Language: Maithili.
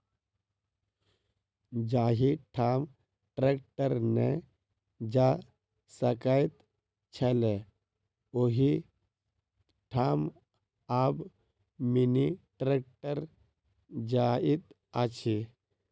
जाहि ठाम ट्रेक्टर नै जा सकैत छलै, ओहि ठाम आब मिनी ट्रेक्टर जाइत अछि